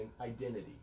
identity